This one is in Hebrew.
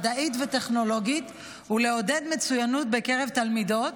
מדעית וטכנולוגית ולעודד מצוינות בקרב תלמידות,